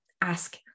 ask